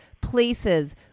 places